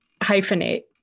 hyphenate